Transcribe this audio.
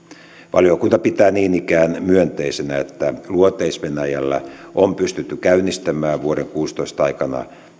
valiokunta pitää niin ikään myönteisenä että luoteis venäjällä on pystytty käynnistämään vuoden kuusitoista aikana